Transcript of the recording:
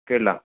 കേട്ടില്ല